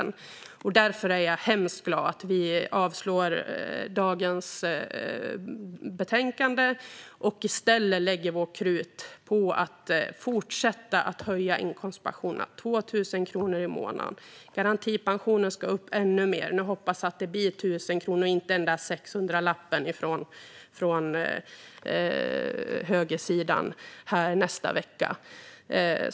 Jag är därför glad att dagens betänkande avslås. Vi lägger i stället vårt krut på att fortsätta att höja inkomstpensionerna. Det är 2 000 kronor i månaden, och garantipensionen ska upp ännu mer. Jag hoppas att det blir 1 000 kronor och inte den där 600-lappen från högersidan i nästa vecka.